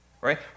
right